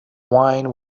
wine